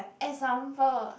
example